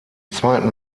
zweiten